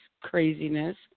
craziness